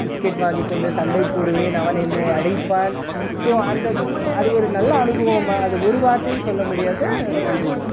biscuit வாங்கி கொண்டு சண்டை போடுவேன் அவன் என்னை அடிப்பான் ஸோ அந்த அது ஒரு நல்ல அனுபவம்மா அது ஒரு வார்த்தையில் சொல்ல முடியாது நன்றியம்மா